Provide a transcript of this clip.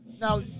Now